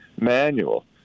manual